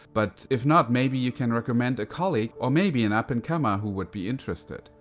but if not, maybe you can recommend a colleague or maybe an up-and-comer who would be interested.